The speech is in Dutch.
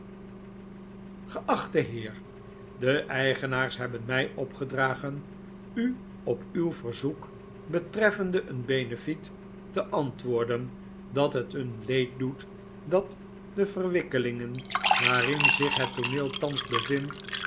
geachte heer de eigenaars hebben mij opgedragen u op uw verzoek betreffende een benefiet te antwoorden dat het nun leed doet dat de verwikkelingen waarin zich het tooneel thans bevindt